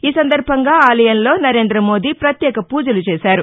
ఈ సందర్బంగా ఆలయంలో నరేంద్ర మోదీ పత్యేక పూజలు చేశారు